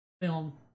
film